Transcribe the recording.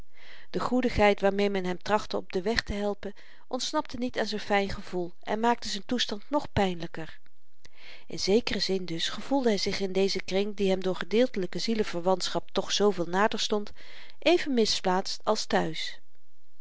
de goedigheid waarmee men hem trachtte op den weg te helpen ontsnapte niet aan z'n fyn gevoel en maakte z'n toestand nog pynlyker in zekeren zin dus gevoelde hy zich in dezen kring die hem door gedeeltelyke zieleverwantschap toch zooveel nader stond even misplaatst als